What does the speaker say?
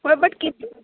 हय बट कितू